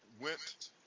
went